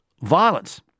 violence